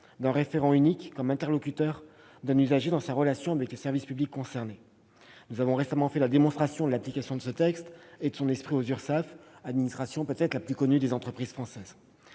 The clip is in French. d'un référent unique comme interlocuteur d'un usager dans sa relation avec les services publics concernés. Nous avons récemment fait la démonstration de l'application de ce texte et de son esprit aux URSSAF, ces dernières étant peut-être l'administration la mieux